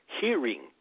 hearing